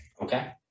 Okay